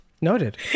Noted